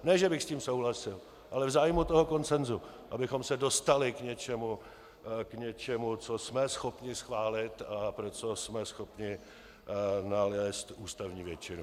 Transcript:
Ne že bych s tím souhlasil, ale v zájmu toho konsensu, abychom se dostali k něčemu, co jsme schopni schválit a pro co jsme schopni nalézt ústavní většinu.